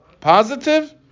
Positive